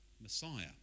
Messiah